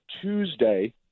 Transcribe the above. Tuesday